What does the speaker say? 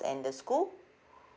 and the school